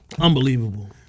Unbelievable